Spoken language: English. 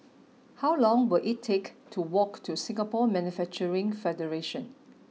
how long will it take to walk to Singapore Manufacturing Federation